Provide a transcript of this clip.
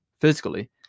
physically